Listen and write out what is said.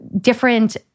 different